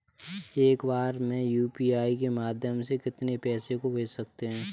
एक बार में यू.पी.आई के माध्यम से कितने पैसे को भेज सकते हैं?